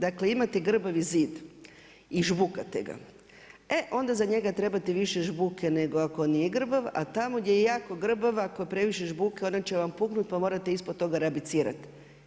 Dakle imate grbavi zid i žbukate ga, e onda za njega trebate više žbuke nego ako nije grbav, a tamo gdje je jako grbav ako je previše žbuke ona će vam puknut pa morate ispod toga rabicirat.